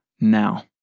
Now